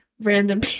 Random